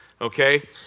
Okay